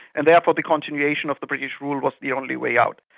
and therefore the continuation of the british rule was the only way out.